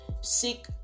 seek